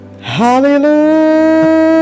Hallelujah